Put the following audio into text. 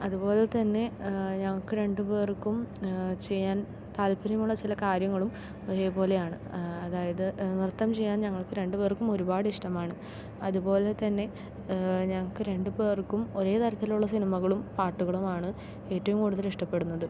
അതുപോലെതന്നെ ഞങ്ങൾക്ക് രണ്ടു പേർക്കും ചെയ്യാൻ താല്പര്യമുള്ള ചില കാര്യങ്ങളും ഒരേ പോലെയാണ് അതായത് നൃത്തം ചെയ്യാൻ ഞങ്ങൾക്ക് രണ്ടുപേർക്കും ഒരുപാട് ഇഷ്ടമാണ് അതുപോലെ തന്നെ ഞങ്ങൾക്ക് രണ്ടു പേർക്കും ഒരേ തരത്തിലുള്ള സിനിമകളും പാട്ടുകളും ആണ് ഏറ്റവും കൂടുതൽ ഇഷ്ടപ്പെടുന്നത്